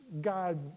God